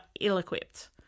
ill-equipped